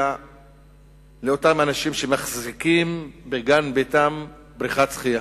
לאותם אנשים שמחזיקים בגן ביתם בריכת שחייה,